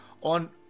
on